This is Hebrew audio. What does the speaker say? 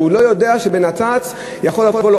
והוא לא יודע שבנת"צ יכול לבוא לו